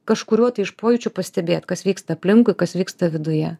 kažkuriuo tai iš pojūčių pastebėt kas vyksta aplinkui kas vyksta viduje